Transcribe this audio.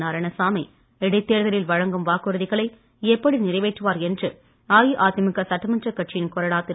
நாராயணசாமி இடைத்தேர்தலில் வழங்கும் வாக்குறுதிகளை எப்படி நிறைவேற்றுவார் என்று அஇஅதிமுக சட்டமன்றக் கட்சியின் கொறடா திரு